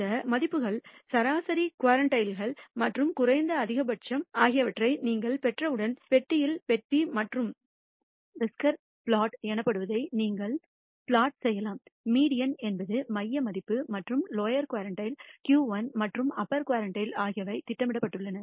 இந்த மதிப்புகள் சராசரி குவார்டைல்கள் மற்றும் குறைந்த அதிகபட்சம் ஆகியவற்றை நீங்கள் பெற்றவுடன் பெட்டியில் பெட்டி மற்றும் விஸ்கர் பிளாட் எனப்படுவதை நீங்கள் பிளாட் செய்யலாம் மீடியன் என்பது மைய மதிப்பு மற்றும் லோயர் குர்டில் Q1 மற்றும் அப்பர் குர்டில் ஆகியவை திட்டமிடப்பட்டுள்ளன